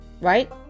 right